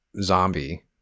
zombie